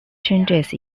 changes